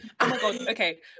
okay